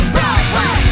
Broadway